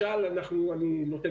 אנחנו נייצר